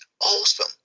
awesome